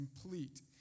complete